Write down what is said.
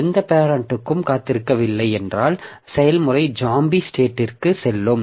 எந்த பேரெண்ட்டும் காத்திருக்கவில்லை என்றால் செயல்முறை ஜாம்பி ஸ்டேட்டிற்கு செல்லும்